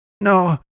No